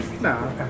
Nah